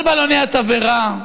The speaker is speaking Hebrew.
על בלוני התבערה.